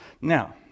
now